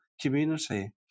community